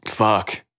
Fuck